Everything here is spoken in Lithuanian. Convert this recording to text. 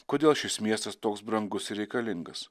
kodėl šis miestas toks brangus ir reikalingas